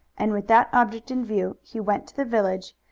and with that object in view he went to the village,